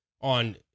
on